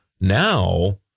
now